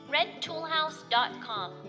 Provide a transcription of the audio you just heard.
redtoolhouse.com